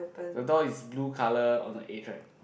the door is blue colour on the edge right